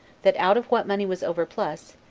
that out of what money was overplus,